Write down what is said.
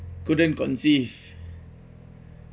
couldn't conceive